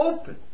open